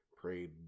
prayed